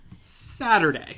Saturday